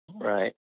Right